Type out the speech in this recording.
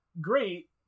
great